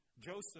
Joseph